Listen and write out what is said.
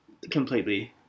completely